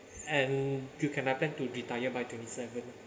and you cannot plan to retire by twenty seven